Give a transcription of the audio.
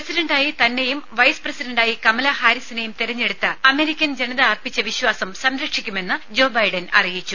പ്രസിഡന്റായി തന്നെയും വൈസ് പ്രസിഡന്റായി കമലാഹാരിസിനെയും തെരഞ്ഞെടുത്ത അമേരിക്കൻ ജനത അർപ്പിച്ച വിശ്വാസം സംരക്ഷിക്കുമെന്ന് ജോ ബൈഡൻ അറിയിച്ചു